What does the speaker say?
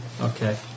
Okay